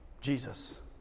Jesus